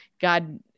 God